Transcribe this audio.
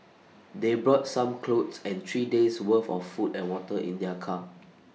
they brought some clothes and three days' worth of food and water in their car